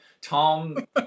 Tom